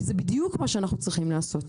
כי זה בדיוק מה שאנחנו צריכים לעשות.